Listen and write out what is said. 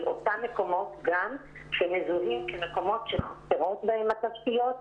אותם מקומות שגם מזוהים כמקומות שחסרות בהם התשתיות,